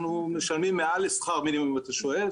אנחנו משלמים לשכר מינימום אם אתה שואל,